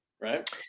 right